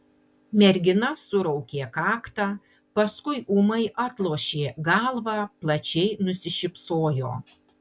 mergina suraukė kaktą paskui ūmai atlošė galvą plačiai nusišypsojo